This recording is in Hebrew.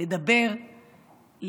לדבר,